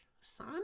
son